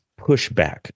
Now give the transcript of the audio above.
pushback